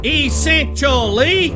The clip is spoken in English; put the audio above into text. essentially